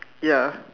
ya